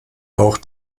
auch